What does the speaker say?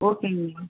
ஓகேங்க மேடம்